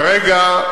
כרגע,